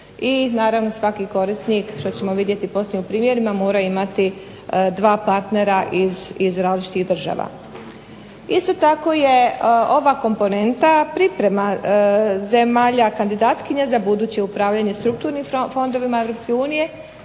i naravno svaki korisnik što ćemo vidjeti poslije u primjerima mora imati dva partnera iz različitih država. Isto tako je ova komponenta priprema zemalja kandidatkinja za buduće upravljanje strukturnim fondovima